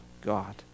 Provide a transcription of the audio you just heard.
God